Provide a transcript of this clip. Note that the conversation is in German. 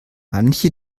manche